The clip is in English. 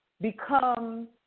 become